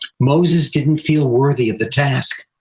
moses didn't feel worthy of the task.